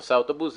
ונושא האוטובוס,